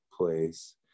place